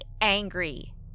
angry